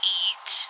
eat